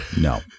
No